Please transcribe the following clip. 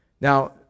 Now